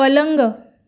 पलंग